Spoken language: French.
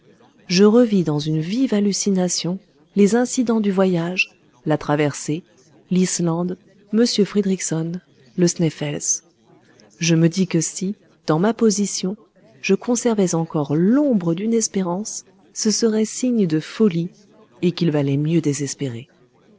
je revis dans une vive hallucination les incidents du voyage la traversée l'islande m fridriksson le sneffels je me dis que si dans ma position je conservais encore l'ombre d'une espérance ce serait signe de folie et qu'il valait mieux désespérer